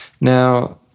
now